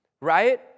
right